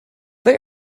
they